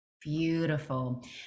Beautiful